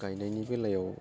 गायनायनि बेलायाव